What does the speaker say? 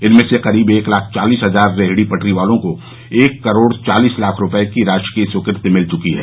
इनमें से करीब एक लाख चालीस हजार रेहडी पटरी वालों को एक करोड चालीस लाख रुपए की राशि की स्वीकृति मिल चुकी है